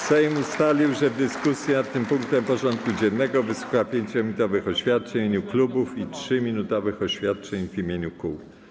Sejm ustalił, że w dyskusji nad tym punktem porządku dziennego wysłucha 5-minutowych oświadczeń w imieniu klubów i 3-minutowych oświadczeń w imieniu kół.